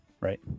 right